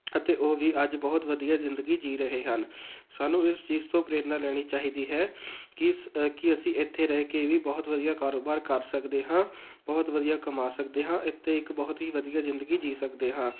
ਅਤੇ ਉਹ ਵੀ ਅੱਜ ਬਹੁਤ ਵਧੀਆ ਜ਼ਿੰਦਗੀ ਜੀ ਰਹੇ ਹਨ ਸਾਨੂੰ ਇਸ ਚੀਜ਼ ਤੋਂ ਪ੍ਰੇਰਨਾ ਲੈਣੀ ਚਾਹੀਦੀ ਹੈ ਕਿ ਸ ਕਿ ਅਸੀਂ ਇੱਥੇ ਰਹਿ ਕੇ ਵੀ ਬਹੁਤ ਵਧੀਆ ਕਾਰੋਬਾਰ ਕਰ ਸਕਦੇ ਹਾਂ ਬਹੁਤ ਵਧੀਆ ਕਮਾ ਸਕਦੇ ਹਾਂ ਇੱਥੇ ਇੱਕ ਬਹੁਤ ਹੀ ਵਧੀਆ ਜ਼ਿੰਦਗੀ ਜੀਅ ਸਕਦੇ ਹਾਂ